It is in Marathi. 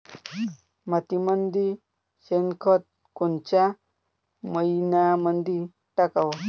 मातीमंदी शेणखत कोनच्या मइन्यामंधी टाकाव?